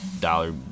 dollar